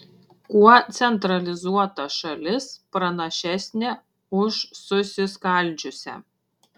kuo centralizuota šalis pranašesnė už susiskaldžiusią